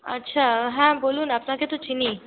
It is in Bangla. আচ্ছা হ্যাঁ বলুন আপনাকে তো চিনি